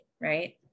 right